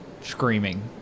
Screaming